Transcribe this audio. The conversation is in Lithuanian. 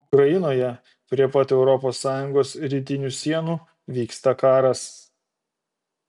ukrainoje prie pat europos sąjungos rytinių sienų vyksta karas